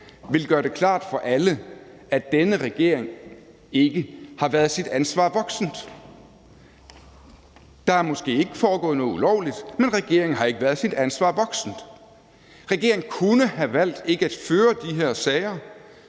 vil gøre det klart for alle, at denne regering ikke har været sit ansvar voksen. Der er måske ikke foregået noget ulovligt, men regeringen har ikke været sit ansvar voksen. Regeringen kunne have valgt ikke at føre de her sager,